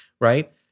right